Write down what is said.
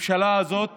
הממשלה הזאת